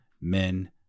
Men